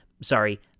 Sorry